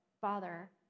Father